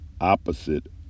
Opposite